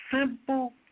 simple